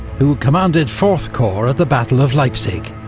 who commanded fourth corps at the battle of leipzig.